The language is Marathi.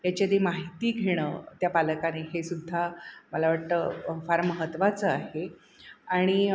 याची आधी माहिती घेणं त्या पालकाने हे सुद्धा मला वाटतं फार महत्त्वाचं आहे आणि